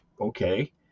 okay